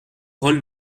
rôle